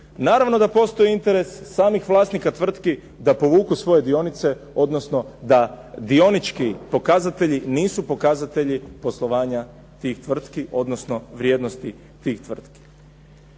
naravno da postoji interes samih vlasnika tvrtki da povuku svoje dionice odnosno da dionički pokazatelji nisu pokazatelji poslovanja tih tvrtki odnosno vrijednosti tih tvrtki.